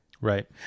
Right